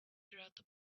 throughout